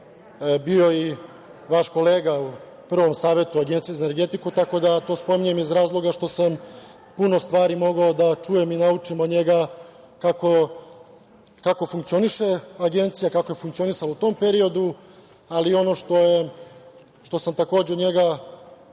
bio i vaš kolega u prvom savetu Agencije za energetiku, tako da to spominjem iz razloga što sam puno stvari mogao da čujem i naučim od njega kako funkcioniše Agencija, kako je funkcionisala u tom periodu, ali ono što sam takođe od njega